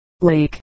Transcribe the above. lake